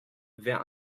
wer